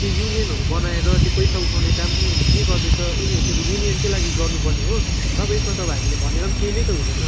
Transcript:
त्यो युनियनहरू बनाएर त्यो पैसा उठाउने काम उनीहरूले के गर्दैछ उनीहरू चाहिँ अब युनियनकै लागि गर्नु पर्ने हो र अब यसमा त हामीले भनेर केही नै त हुँदैन